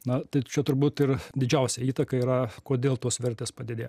na tai čia turbūt ir didžiausia įtaka yra kodėl tos vertės padidėjo